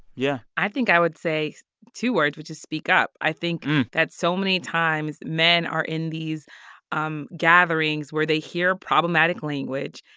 yeah i think i would say two words which is speak up. i think that so many times men are in these um gatherings where they hear problematic language.